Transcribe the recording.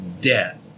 debt